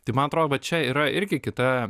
tai man atrodo va čia yra irgi kita